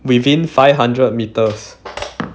within five hundred metres